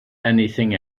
anything